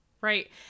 Right